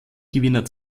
gewinner